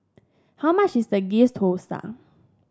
how much is the Ghee Thosai